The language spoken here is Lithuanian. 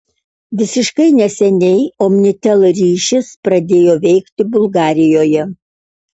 visiškai neseniai omnitel ryšis pradėjo veikti bulgarijoje